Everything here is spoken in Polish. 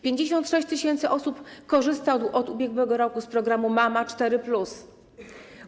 56 tys. osób korzysta od ubiegłego roku z programu „Mama 4+”